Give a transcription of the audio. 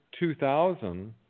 2000